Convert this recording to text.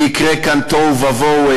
יקרה כאן תוהו ובוהו,